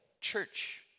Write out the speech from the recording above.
church